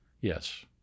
Yes